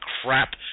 crap